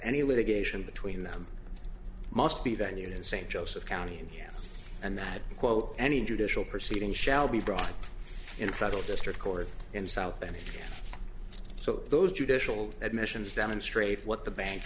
any litigation between them must be venue in st joseph county indiana and that quote any judicial proceeding shall be brought in a federal district court in south bend so that those judicial admissions demonstrate what the bank